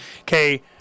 Okay